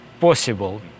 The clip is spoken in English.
possible